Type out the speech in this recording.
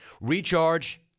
Recharge